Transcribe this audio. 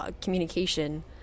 communication